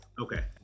Okay